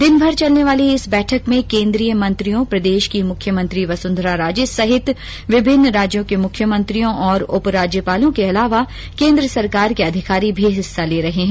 दिनभर चलने वाली इस बैठक में केंद्रीय मंत्रियों प्रदेश की मुख्यमंत्री वसुंधरा राजे सहित विभिन्न राज्यों के मुख्यमंत्रियों और उप राज्यपालों के अलावा केन्द्र सरकार के अधिकारी भी हिस्सा ले रहे हैं